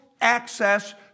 access